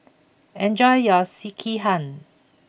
enjoy your Sekihan